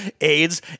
AIDS